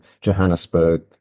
Johannesburg